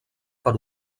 per